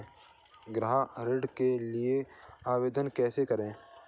गृह ऋण के लिए आवेदन कैसे करें?